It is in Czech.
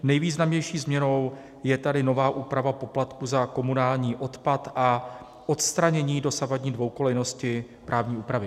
Nejvýznamnější změnou je tady nová úprava poplatků za komunální odpad a odstranění dosavadní dvoukolejnosti právní úpravy.